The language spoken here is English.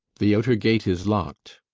the outer gate is locked.